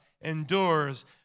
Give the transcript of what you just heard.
endures